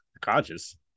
Conscious